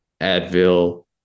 Advil